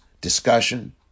discussion